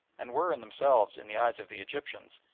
and were in themselves, in the eyes of the egyptians,